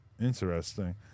Interesting